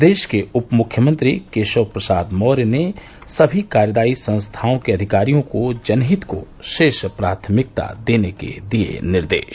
प्रदेश के उप मुख्यमंत्री केशव प्रसाद मौर्य ने सभी कार्यदायी संस्थाओं के अधिकारियों को जनहित को शीर्ष प्राथमिकता देने के दिये निर्देश